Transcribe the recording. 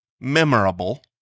memorable